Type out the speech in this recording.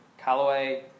Callaway